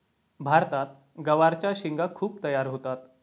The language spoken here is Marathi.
भारतात गवारच्या शेंगा खूप तयार होतात